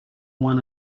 one